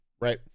right